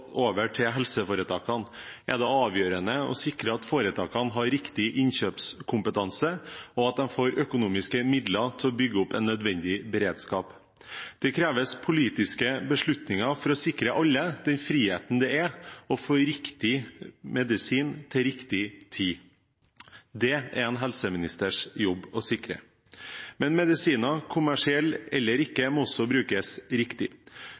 over til helseforetakene, er det avgjørende å sikre at foretakene har riktig innkjøpskompetanse, og at de får økonomiske midler til å bygge opp en nødvendig beredskap. Det kreves politiske beslutninger for å sikre alle den friheten det er å få riktig medisin til riktig tid. Det er det en helseministers jobb å sikre. Men medisiner – kommersielle eller ikke – må også brukes riktig.